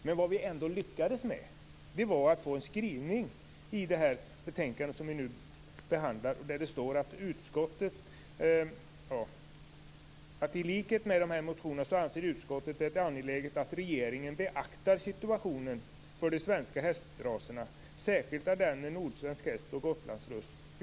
Men vi lyckade ändå med att få en skrivning i det betänkande som vi nu behandlar där det står att i likhet med vad som anförts i motionerna anser utskottet det angeläget att regeringen beaktar situationen för de svenska hästraserna, särskilt ardenner, nordsvensk häst och gotlandsruss.